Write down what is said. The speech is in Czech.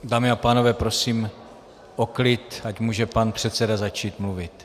Dámy a pánové, prosím o klid, ať může pan předseda začít mluvit.